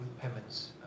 payments